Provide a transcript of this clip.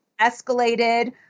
escalated